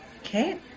Okay